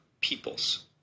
peoples